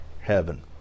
heaven